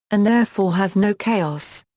and therefore has no chaos.